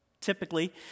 Typically